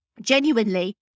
Genuinely